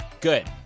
Good